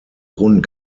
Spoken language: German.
grund